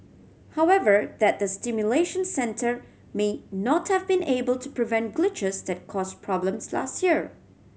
however that the simulation centre may not have been able to prevent glitches that cause problems last year